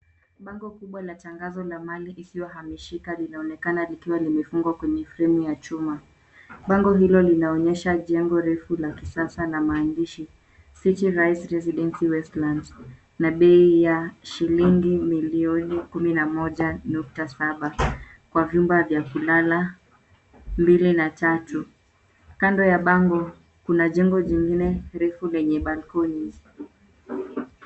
Bango kubwa la tangazo la mali isiyohamisisha linaonekana likiwa limefungwa kwenye fremu ya chuma. Bango hilo linaonyesha jengo refu la kisasa na maandishi City Rise Residency Westlands na bei ya shilingi milioni 11.7 kwa vyumba vya kulala mbili na tatu. Kando ya bango kuna jengo jengine refu lenye balconies .